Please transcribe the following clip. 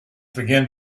began